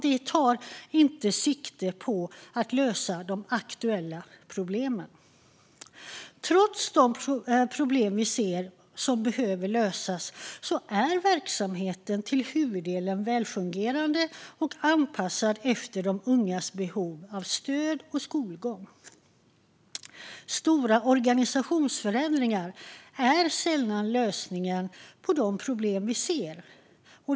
Det tar inte sikte på att lösa de aktuella problemen. Trots de problem som vi ser och som behöver lösas är verksamheten till huvuddelen välfungerande och anpassad efter de ungas behov av stöd och skolgång. Stora organisationsförändringar är sällan lösningen på de problem vi ser.